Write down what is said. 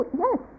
yes